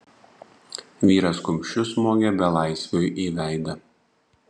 vyras kumščiu smogė belaisviui į veidą